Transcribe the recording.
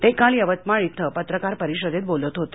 ते काल यवतमाळ इथं पत्रकार परिषदेत बोलत होते